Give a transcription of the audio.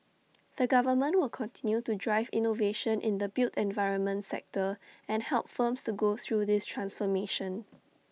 the government will continue to drive innovation in the built environment sector and help firms to go through this transformation